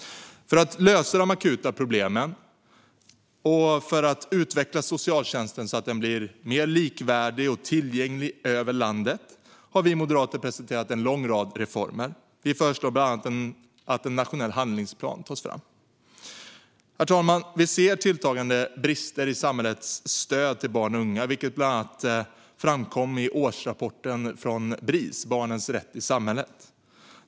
För att lösa de akuta problemen och för att utveckla socialtjänsten så att den blir mer likvärdig och tillgänglig över landet har vi moderater presenterat en lång rad reformer. Vi föreslår bland annat att en nationell handlingsplan tas fram. Herr talman! Vi ser tilltagande brister i samhällets stöd till barn och unga, vilket bland annat framkom i årsrapporten från Bris, Barnens rätt i samhället.